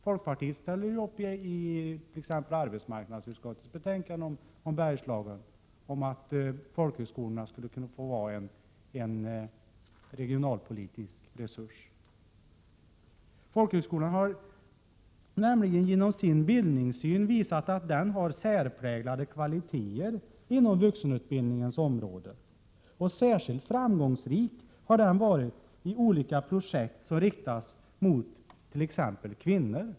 Folkpartiet står ju i arbetsmarknadsutskottets betänkande om Bergslagen bakom förslaget att folkhögskolorna skulle kunna vara en regionalpolitisk resurs. Folkhögskolan har genom sin bildningssyn visat att den har särpräglade kvaliteter inom vuxenutbildningens område. Särskilt framgångsrik har den varit i olika projekt som riktas mott.ex. kvinnor.